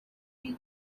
bwe